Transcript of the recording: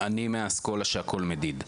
אני מהאסכולה שאומרת שהכל מדיד.